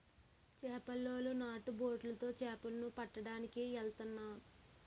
చేపలోలు నాటు బొట్లు తో చేపల ను పట్టడానికి ఎల్తన్నారు